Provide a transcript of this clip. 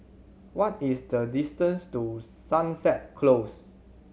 what is the distance to Sunset Close